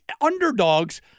underdogs